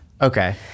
Okay